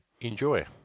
Enjoy